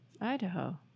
Idaho